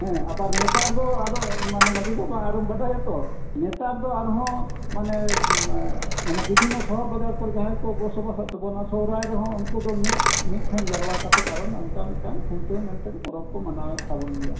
ᱦᱮᱸ ᱟᱵᱟᱨ ᱱᱮᱛᱟᱨ ᱫᱚ ᱟᱫᱚ ᱢᱟᱺᱡᱷᱤ ᱵᱟᱵᱟ ᱟᱨᱚᱢ ᱵᱟᱰᱟᱭᱟ ᱛᱚ ᱱᱮᱛᱟᱨ ᱫᱚ ᱟᱨᱦᱚᱸ ᱢᱟᱱᱮ ᱢᱟᱱᱮ ᱵᱤᱵᱷᱤᱱᱱᱚ ᱥᱚᱦᱚᱨ ᱵᱟᱡᱟᱨ ᱠᱚᱨᱮ ᱡᱟᱸᱦᱟᱭ ᱠᱚ ᱵᱚᱥᱚ ᱵᱟᱥᱮᱫ ᱛᱟᱵᱚᱱᱟ ᱥᱚᱦᱚᱨᱟᱭ ᱨᱮᱸᱦᱚ ᱩᱱᱠᱩ ᱫᱚ ᱢᱤᱫᱴᱷᱮᱱ ᱡᱟᱨᱣᱟᱠᱟᱛᱮ ᱟᱨ ᱱᱚᱝᱠᱟ ᱢᱤᱫᱴᱮᱱ ᱠᱷᱩᱱᱴᱟᱹᱣ ᱢᱮᱱᱛᱮ ᱯᱚᱨᱚᱵ ᱠᱚ ᱢᱟᱱᱟᱣᱮᱫ ᱛᱟᱵᱚᱱ ᱜᱮᱭᱟ